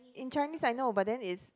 in Chinese I know but then it's